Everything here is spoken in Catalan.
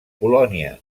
polònia